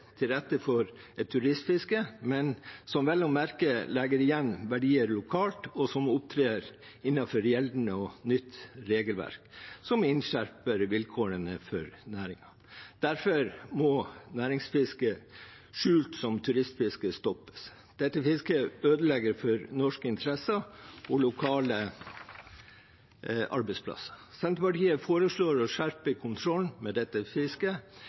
til rette for et turistfiske, men vel å merke et som legger igjen verdier lokalt, og som opptrer innenfor gjeldende og nytt regelverk, som innskjerper vilkårene for næringen. Derfor må næringsfiske skjult som turistfiske stoppes. Dette fisket ødelegger for norske interesser og lokale arbeidsplasser. Senterpartiet foreslår å skjerpe kontrollen med dette fisket